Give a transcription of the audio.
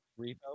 Repo